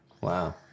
Wow